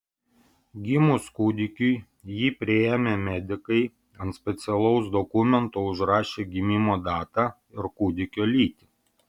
gimus kūdikiui jį priėmę medikai ant specialaus dokumento užrašė gimimo datą ir kūdikio lytį